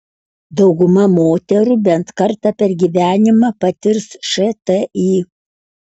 dauguma moterų bent kartą per gyvenimą patirs šti